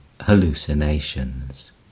hallucinations